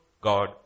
God